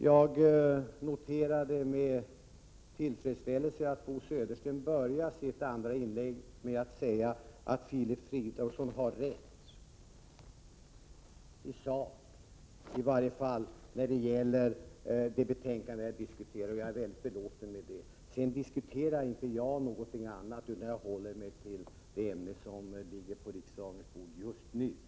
Jag noterade med tillfredsställelse att Bo Södersten inledde sitt andra inlägg med att säga att jag har rätt i sak, i varje fall när det gäller detta betänkande. Detta gör mig synnerligen belåten. För övrigt diskuterar jag inte någonting annat, utan jag håller mig till det ämne som just nu ligger på riksdagens bord.